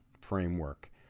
framework